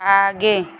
आगे